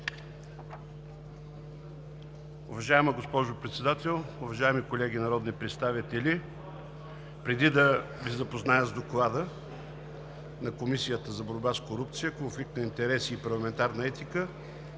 Уважаема госпожо Председател, уважаеми колеги народни представители! Преди да Ви запозная с Доклада на Комисията за борба с корупцията, конфликт на интереси и парламентарна етика,